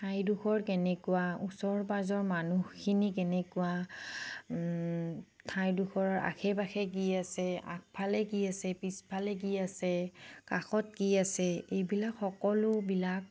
ঠাইডোখৰ কেনেকুৱা ওচৰ পাজৰৰ মানুহখিনি কেনেকুৱা ঠাইডোখৰৰ আশে পাশে কি আছে আগফালে কি আছে পিছফালে কি আছে কাষত কি আছে এইবিলাক সকলোবিলাক